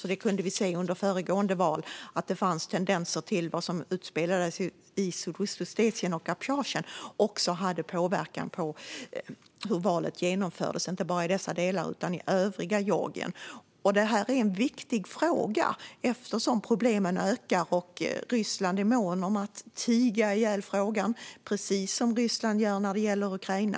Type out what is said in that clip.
Vi kunde under föregående val se att tendenser till vad som utspelades i Sydossetien och Abchazien också hade påverkan på hur valet genomfördes också i övriga Georgien. Demokratifrågan är viktig. Problemen ökar, och Ryssland är mån om att tiga ihjäl frågan, precis som Ryssland gör när det gäller Ukraina.